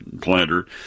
planter